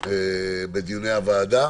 בדיוני הוועדה